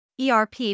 ERP